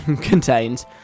contains